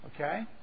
Okay